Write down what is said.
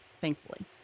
Thankfully